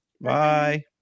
bye